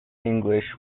english